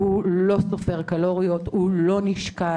הוא לא סופר קלוריות, הוא לא נשקל.